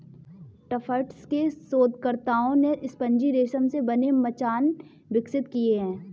Tufts के शोधकर्ताओं ने स्पंजी रेशम से बने मचान विकसित किए हैं